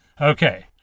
Okay